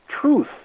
truth